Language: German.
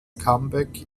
comeback